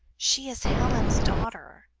she is helen's daughter.